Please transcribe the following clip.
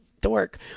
dork